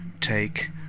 take